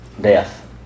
Death